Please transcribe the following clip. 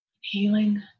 healing